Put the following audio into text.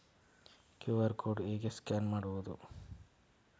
QR code ಹೇಗೆ scan ಮಾಡುವುದು?